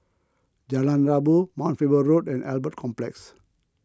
Jalan Rabu Mount Faber Road and Albert Complex